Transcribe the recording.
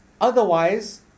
otherwise